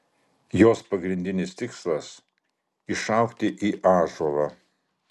jos pagrindinis tikslas išaugti į ąžuolą